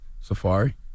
Safari